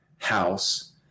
house